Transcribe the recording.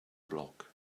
block